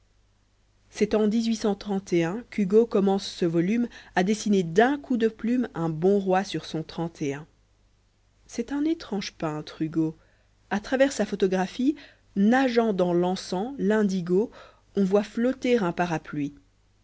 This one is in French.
c'est en dix-huit cent trente et un qu'hugo commence ce volume a dessiner d'un coup de plume un bon roi sur son trente et un c'est un étrange peintre hugo a travers sa photographie nageant dans l'encens l'indigo on voit flotter un parapluie